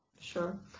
Sure